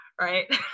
right